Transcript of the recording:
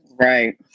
right